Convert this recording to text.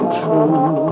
true